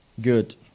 Good